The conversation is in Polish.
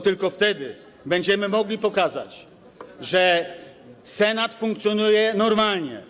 Tylko wtedy będziemy mogli pokazać, że Senat funkcjonuje normalnie.